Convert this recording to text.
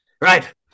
Right